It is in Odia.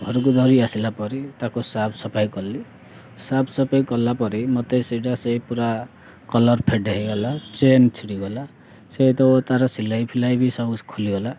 ଘରକୁ ଧରି ଆସିଲା ପରେ ତାକୁ ସାଫ ସଫାଇ କଲି ସାଫ ସଫାଇ କଲା ପରେ ମୋତେ ସେଇଟା ସେ ପୁରା କଲର୍ ଫେଡ଼୍ ହେଇଗଲା ଚେନ୍ ଛିଡ଼ିଗଲା ସେ ତ ତା'ର ସିଲାଇ ଫିଲାଇ ବି ସବୁ ଖୋଲିଗଲା